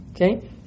Okay